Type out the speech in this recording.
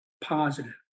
positive